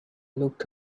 looked